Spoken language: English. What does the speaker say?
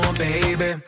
baby